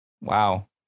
Wow